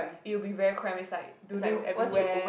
it will be very cramp it's like buildings everywhere